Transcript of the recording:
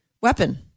Weapon